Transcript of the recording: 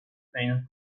pain